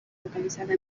localizada